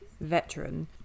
veteran